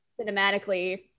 cinematically